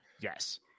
Yes